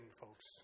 folks